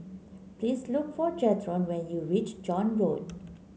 please look for Jethro when you reach John Road